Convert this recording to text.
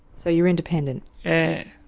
so you're independent? and